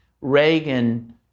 Reagan